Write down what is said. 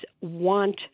want